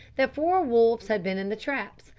that four wolves had been in the traps,